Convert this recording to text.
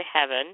heaven